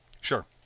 Sure